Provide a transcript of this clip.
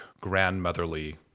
grandmotherly